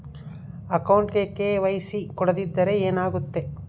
ಅಕೌಂಟಗೆ ಕೆ.ವೈ.ಸಿ ಕೊಡದಿದ್ದರೆ ಏನಾಗುತ್ತೆ?